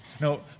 No